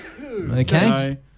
Okay